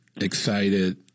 excited